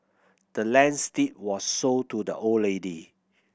the land's deed was sold to the old lady